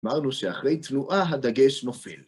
אמרנו שאחרי תנועה הדגש נופל.